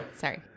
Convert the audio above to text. Sorry